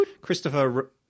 Christopher